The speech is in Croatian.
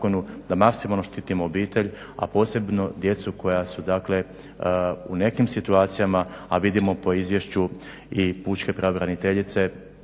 da maksimalno štitimo obitelj, a posebno djecu koja su dakle u nekim situacijama a vidimo po izvješću i pučke pravobraniteljice